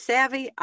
Savvy